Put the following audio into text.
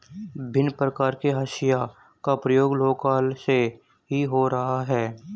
भिन्न प्रकार के हंसिया का प्रयोग लौह काल से ही हो रहा है